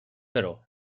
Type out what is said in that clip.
però